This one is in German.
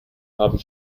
haben